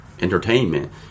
entertainment